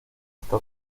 hasta